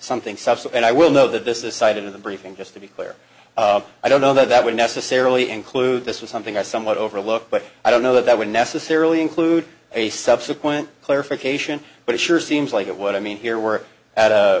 something subsequent i will know that this is cited in the briefing just to be clear i don't know that that would necessarily include this was something i somewhat overlooked but i don't know that that would necessarily include a subsequent clarification but it sure seems like it what i mean here were a